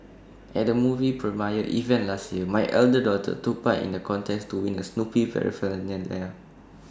at A movie premiere event last year my elder daughter took part in A contest to win Snoopy Paraphernalia